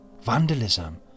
Vandalism